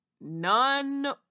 None